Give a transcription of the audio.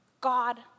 God